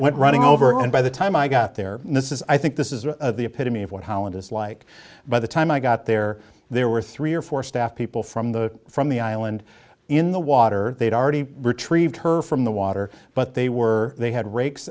went running over and by the time i got there this is i think this is a the epitome of what holland is like by the time i got there there were three or four staff people from the from the island in the water they'd already retrieve her from the water but they were they had ra